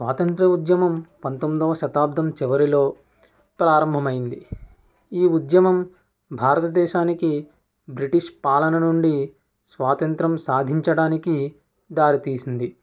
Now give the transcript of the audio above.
స్వాతంత్య్ర ఉద్యమం పంతొమ్మిదవ శతాబ్దం చివరిలో ప్రారంభమయ్యింది ఈ ఉద్యమం భారతదేశానికి బ్రిటిష్ పాలన నుండి స్వాతంత్య్రం సాధించడానికి దారితీసింది